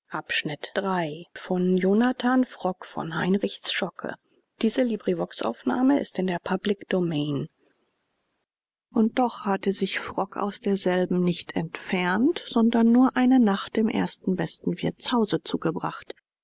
und doch hatte sich frock aus derselben nicht entfernt sondern nur eine nacht im ersten besten wirtshause zugebracht